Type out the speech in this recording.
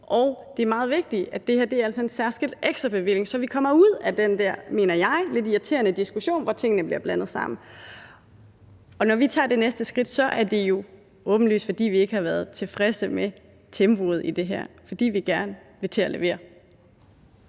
Og det er meget vigtigt, at det her altså er en særskilt ekstra bevilling, så vi kommer ud af den der, mener jeg, lidt irriterende diskussion, hvor tingene bliver blandet sammen. Når vi tager det næste skridt, er det jo åbenlyst, fordi vi ikke har været tilfredse med tempoet i det her, fordi vi gerne vil til at levere.